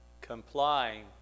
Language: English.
complying